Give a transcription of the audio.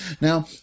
now